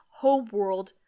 Homeworld